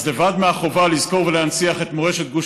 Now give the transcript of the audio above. אז לבד מהחובה לזכור ולהנציח את מורשת גוש